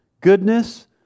goodness